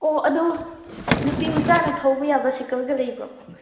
ꯑꯣ ꯑꯗꯨ ꯅꯨꯄꯤ ꯃꯆꯥꯅ ꯊꯧꯕ ꯌꯥꯕ ꯁꯥꯏꯀꯜꯒ ꯂꯩꯕ꯭ꯔꯣ